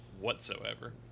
Whatsoever